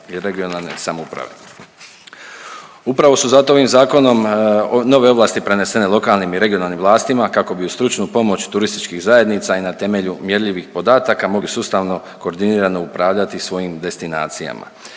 i regionalne samouprave. Upravo su zato ovim zakonom nove ovlasti prenesene lokalnim i regionalnim vlastima kako bi uz stručnu pomoć TZ-a i na temelju mjerljivih podataka mogli sustavno koordinirano upravljati svojim destinacijama.